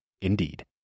Indeed